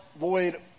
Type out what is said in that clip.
void